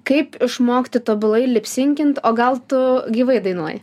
kaip išmokti tobulai lipsinkint o gal tu gyvai dainuoji